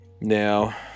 now